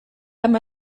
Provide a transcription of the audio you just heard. amb